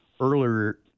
earlier